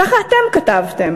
ככה אתם כתבתם.